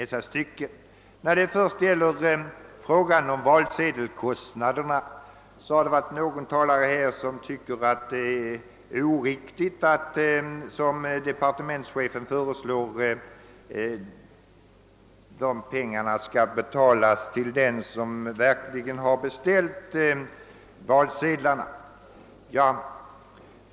Vad först beträffar frågan om valsedelskostnaderna har någon talare tyckt att det är oriktigt, såsom departementschefen föreslår, att inte betala dessa till den som beställt valsedlarna.